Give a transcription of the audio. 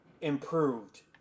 Improved